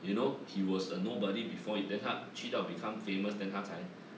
you know he was a nobody before it~ then 他去掉 become famous than 他才